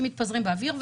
שמתפזרים באוויר,